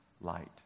light